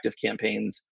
campaigns